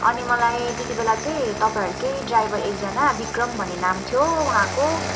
अनि मलाई त्यति बेला चाहिँ तपाईँहरूकै ड्राइभर एकजना विक्रम भन्ने नाम थियो उहाँको